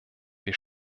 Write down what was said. wir